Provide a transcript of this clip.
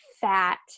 fat